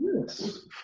Yes